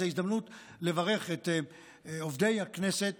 זאת הזדמנות לברך את עובדי הכנסת